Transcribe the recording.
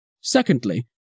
Secondly